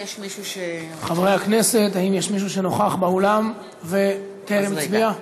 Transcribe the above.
חברי הכנסת, האם יש מישהו שנוכח באולם וטרם הצביע?